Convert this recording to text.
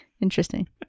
Interesting